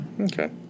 Okay